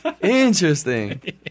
Interesting